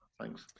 Thanks